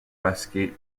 westgate